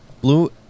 Blue